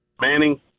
Manning